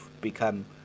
become